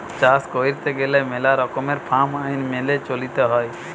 চাষ কইরতে গেলে মেলা রকমের ফার্ম আইন মেনে চলতে হৈ